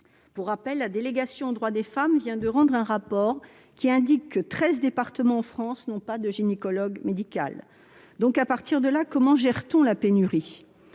Pour rappel, la délégation aux droits des femmes vient de remettre un rapport indiquant que treize départements en France n'ont pas de gynécologue médical. Dès lors, comment gère-t-on la pénurie ?